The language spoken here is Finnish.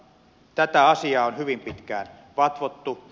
tätä asiaa on hyvin pitkään vatvottu